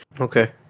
Okay